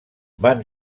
van